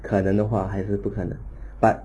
可能的话还是不可能 but